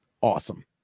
awesome